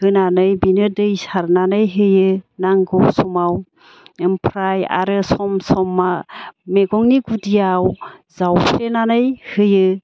होनानै बेनो दै सारनानै होयो नांगौ समाव ओमफ्राय आरो सम समा मैगंनि गुदियाव जावफ्लेनानै होयो